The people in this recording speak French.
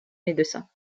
médecins